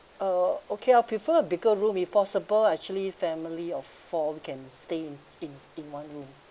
uh okay I'll prefer a bigger room if possible actually family of four we can stay in in in one room